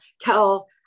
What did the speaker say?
tell